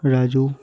Raju